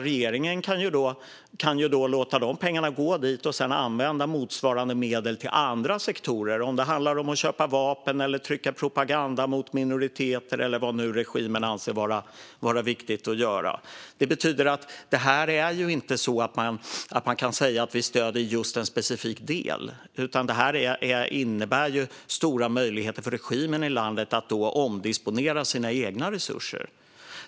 Regeringen kan ju låta dessa pengar gå dit och sedan använda motsvarande medel till andra sektorer. Det kan handla om att köpa vapen, trycka propaganda mot minoriteter eller vad nu regimen anser vara viktigt att göra. Man kan alltså inte säga att man stöder just en specifik del, för det innebär stora möjligheter för regimen i landet att omdisponera sina egna resurser.